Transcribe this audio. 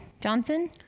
Johnson